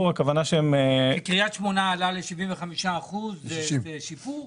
קרית שמונה עלה ל-75%, זה שיפור?